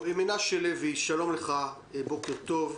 מנשה לוי, שלום לך, בוקר טוב.